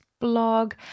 blog